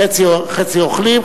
חצי אוכלים,